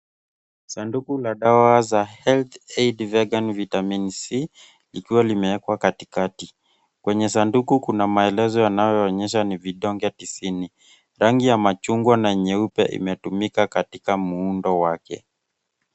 Sanduku la dawa za Healthaid Vega Vitamin C likiwa limewekwa katikati. Kwenye sanduku kuna maelezo yanayoonyesha ni vidonge tisini. Rangi ya machungwa na meupe yanatumika katika muundo wake.